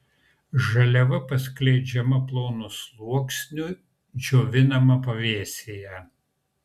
žaliava paskleidžiama plonu sluoksniu džiovinama pavėsyje